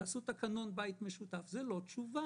תעשו תקנון בית משותף זה לא תשובה.